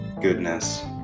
goodness